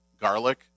garlic